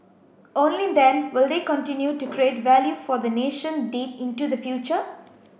only then will they continue to create value for the nation deep into the future